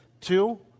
two